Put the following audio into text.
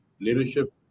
Leadership